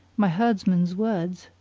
my herdsman's words,